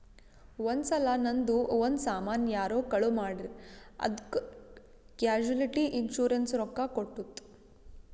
ಒಂದ್ ಸಲಾ ನಂದು ಒಂದ್ ಸಾಮಾನ್ ಯಾರೋ ಕಳು ಮಾಡಿರ್ ಅದ್ದುಕ್ ಕ್ಯಾಶುಲಿಟಿ ಇನ್ಸೂರೆನ್ಸ್ ರೊಕ್ಕಾ ಕೊಟ್ಟುತ್